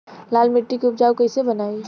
लाल मिट्टी के उपजाऊ कैसे बनाई?